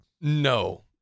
No